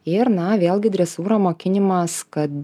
ir na vėlgi dresūra mokinimas kad